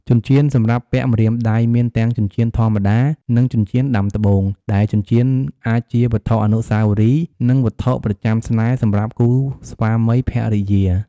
ចិញ្ចៀន សម្រាប់ពាក់ម្រាមដៃ មានទាំងចិញ្ចៀនធម្មតា និងចិញ្ចៀនដាំត្បូង ដែលចិញ្ចៀនអាចជាវត្ថុអនុស្សាវរីយ៍ និងវត្ថុប្រចាំស្នេហ៍សម្រាប់គូស្វាមីភរិយា។